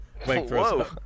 whoa